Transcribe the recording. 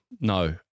No